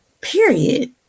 period